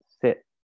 sit